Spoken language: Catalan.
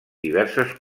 diverses